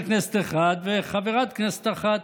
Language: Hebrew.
מדינתו ולקבל את מדינת ישראל לתוך משפחת העמים."